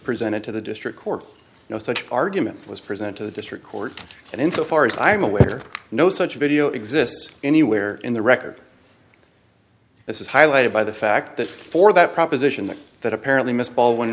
presented to the district court no such argument was presented to the district court and in so far as i am aware no such video exists anywhere in the record this is highlighted by the fact that for that proposition that that apparently missed ball when